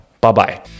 Bye-bye